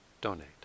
donate